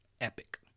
Epic